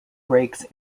brakes